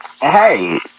Hey